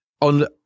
on